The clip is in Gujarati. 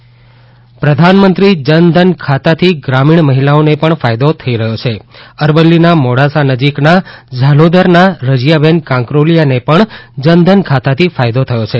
જનધન પ્રધાનમંત્રી જનધન ખાતાથી ગ્રામિણ મહિલાઓને પણ ફાયદો થઇ રહ્યો છે અરવલ્લીના મોડાસા નજીકના ઝાલોદરના રઝિયાબહેન કાંકરોલિયાને પણ જનધન ખાતાથી ફાયદો થયો છે